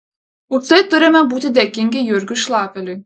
už tai turime būti dėkingi jurgiui šlapeliui